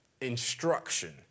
instruction